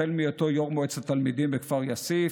מהיותו יו"ר מועצת תלמידים בכפר יאסיף,